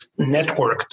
networked